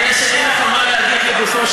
אני רואה שזה עד כדי כך מפריע.